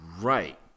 Right